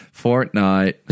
Fortnite